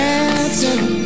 Dancing